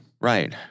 Right